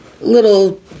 little